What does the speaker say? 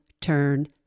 turn